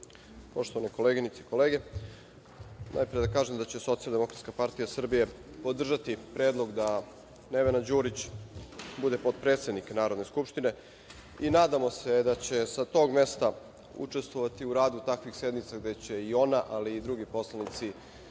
koleginice i kolege, najpre da kažem da će Socijaldemokratska partija Srbije podržati predlog da Nevena Đurić bude potpredsednik Narodne skupštine i nadamo se da će sa tog mesta učestvovati u radu takvih sednica gde će i ona ali i drugi poslanici